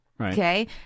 Okay